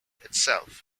itself